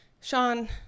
Sean